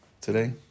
today